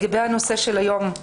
לגבי הנושא של היום,